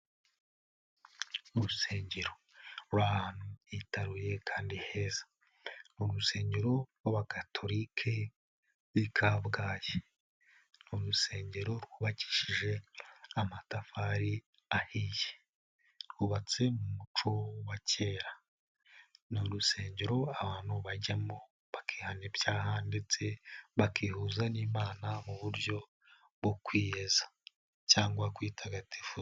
Mu rusengero ruri ahantu hitaruye kandi heza, ni urusengero rw'abagakatorike b'i Kabgayi, uru rusengero rwubakishije amatafari ahiye, rwubatse mu muco wa kera, ni urusengero abantu bajyamo bakihana ibyaha ndetse bakihuza n'imana mu buryo bwo kwiyeza cyangwa kwitagatifuza.